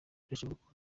birashoboka